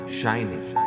shining